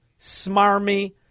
smarmy